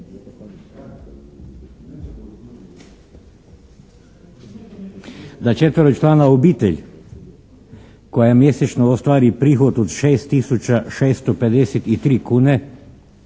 da četveročlana obitelj koja mjesečno ostvari prihod od 6 tisuća